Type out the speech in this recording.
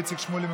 איציק שמולי,